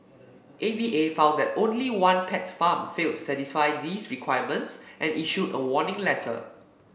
A V A found that only one pet farm failed to satisfy these requirements and issued a warning letter